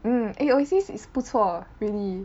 mm eh Oasis is 不错 really